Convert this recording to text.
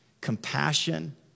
compassion